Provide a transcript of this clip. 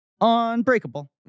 Unbreakable